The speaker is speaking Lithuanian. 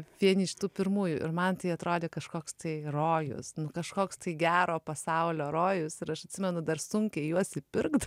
vien iš tų pirmųjų ir man tai atrodė kažkoks tai rojus nu kažkoks tai gero pasaulio rojus ir aš atsimenu dar sunkiai juos įpirkt